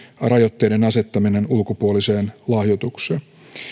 rajoitteiden asettaminen ulkopuoliseen lahjoitukseen